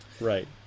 right